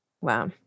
Wow